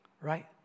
Right